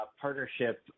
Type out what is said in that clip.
partnership